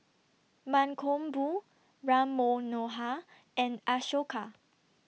Mankombu Ram Manohar and Ashoka